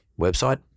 website